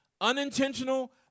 Unintentional